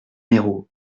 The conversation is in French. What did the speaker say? méraud